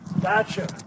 Gotcha